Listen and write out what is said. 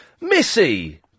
Missy